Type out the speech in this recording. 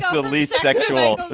the least sexual.